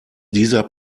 dieser